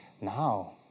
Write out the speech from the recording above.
now